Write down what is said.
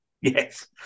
Yes